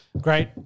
Great